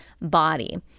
body